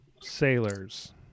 Sailors